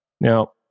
Now